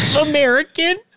American